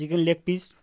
chicken leg piece